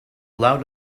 loud